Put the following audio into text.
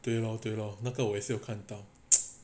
对 lor 对 lor 那个我也是有看到